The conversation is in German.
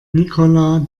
nicola